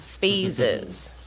phases